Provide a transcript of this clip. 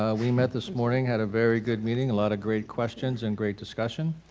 ah we met this morning had a very good meeting, a lot of great questions and great discussion